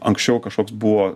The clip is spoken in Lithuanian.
anksčiau kažkoks buvo